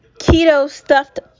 Keto-stuffed